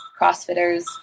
crossfitters